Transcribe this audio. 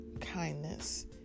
kindness